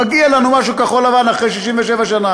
מגיע לנו משהו כחול-לבן אחרי 67 שנה,